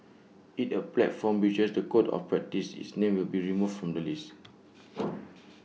if A platform breaches the code of practice its name will be removed from the list